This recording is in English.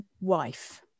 wife